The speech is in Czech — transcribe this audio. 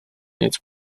nic